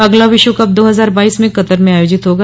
अगला विश्वकप दो हजार बाईस में कतर में आयोजित होगा